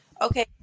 okay